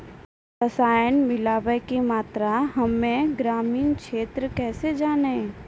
रसायन मिलाबै के मात्रा हम्मे ग्रामीण क्षेत्रक कैसे जानै?